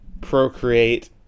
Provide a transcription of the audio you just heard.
procreate